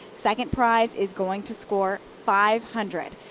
second prize is going to score five hundred